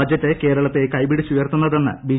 budget കേരളത്തെ കൈപിടിച്ചുയർത്തുന്നതെന്ന് B